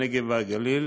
הנגב והגליל